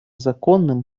законным